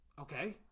Okay